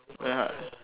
ya